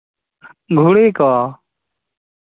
ᱜᱷᱩᱲᱤ ᱠᱚ